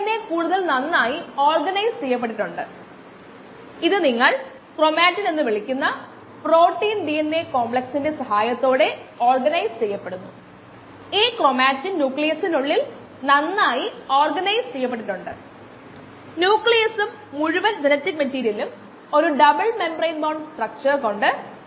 അതിനാൽ ആവശ്യമുള്ളതും അറിയപ്പെടുന്നതും നൽകുന്നതും നമ്മൾ കണ്ടു